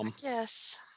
Yes